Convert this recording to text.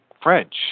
French